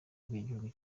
bw’igihugu